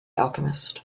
alchemist